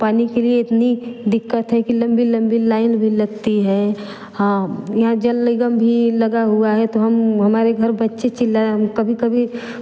पानी के लिए इतनी दिक़्क़त है की लंबी लंबी लाइन भी लगती है हाँ यहाँ जल निगम भी लगा हुआ है तो हम हमारे घर बच्चे चिल्ला हम कभी कभी